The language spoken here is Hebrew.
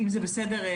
שלום, צהריים טובים.